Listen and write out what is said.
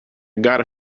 gotta